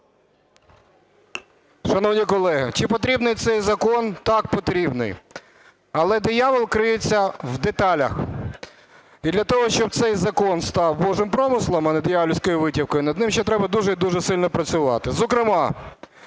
Шановні колеги, чи потрібний цей закон? Так, потрібний. Але диявол криється в деталях. І для того, щоб цей закон став Божим промислом, а не диявольською витівкою, над ним ще треба дуже і дуже сильно працювати.